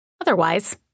Otherwise